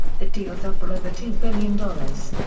the deals are for over two billion dollars.